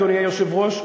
אדוני היושב-ראש,